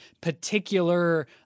particular